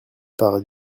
par